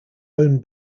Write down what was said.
own